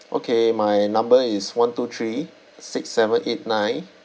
okay my number is one two three six seven eight nine